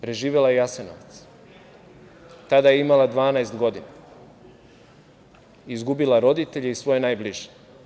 Preživela je Jasenovac, tada je imala 12 godina, izgubila roditelje i svoje najbliže.